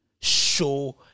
show